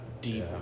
deep